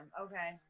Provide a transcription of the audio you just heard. okay